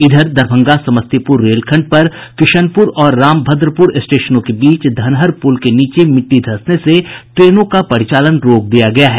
इधर दरभंगा समस्तीपूर रेलखंड पर किशनपूर और रामभद्रपूर स्टेशनों के बीच धनहर प्रल के नीचे मिटटी धंसने से ट्रेनों का परिचालन रोक दिया गया है